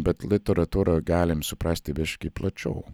bet literatūrą galime suprasti biškį plačiau